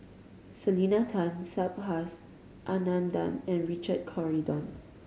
Selena Tan Subhas Anandan and Richard Corridon